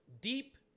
deep